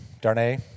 Darnay